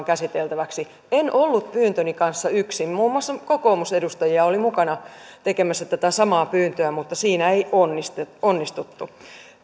käsiteltäväksi en ollut pyyntöni kanssa yksin muun muassa kokoomusedustajia oli mukana tekemässä tätä samaa pyyntöä mutta siinä ei onnistuttu onnistuttu